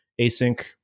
async